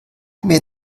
mir